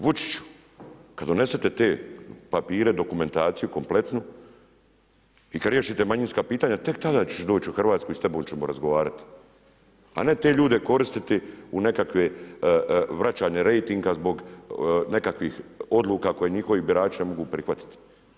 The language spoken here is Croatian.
Vučić, kad donesete te papire, dokumentacije, kompletno, i kad riješite manjinska pitanja, tek tada ćeš doći u Hrvatsku i s tobom ćemo razgovarati a ne te ljude koristiti u nekakvo vraćanje rejtinga zbog nekakvih odluka koje njihovi birači ne mogu prihvatiti.